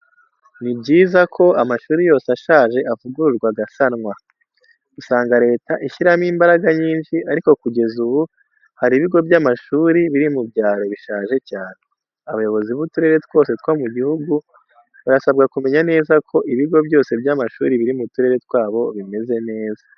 Ni byiza ko amashuri yose ashaje avugururwa agasanwa. Usanga leta ishyiramo imbaraga nyinshi ariko kugeza ubu hari ibigo by'amashuri biri mu byaro bishaje cyane. Abayobozi b'uturere twose two mu gihugu barasabwa kumenya neza ko ibigo byose by'amashuri biri mu turere twabo bimeze neza.